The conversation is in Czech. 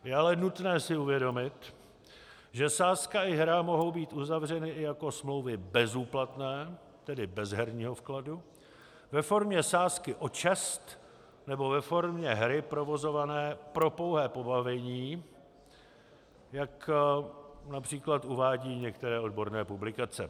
Je ale nutné si uvědomit, že sázka i hra mohou být uzavřeny i jako smlouvy bezúplatné, tedy bez herního vkladu, ve formě sázky o čest nebo ve formě hry provozované pro pouhé pobavení, jak například uvádí některé odborné publikace.